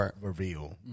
reveal